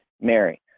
Mary